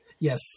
Yes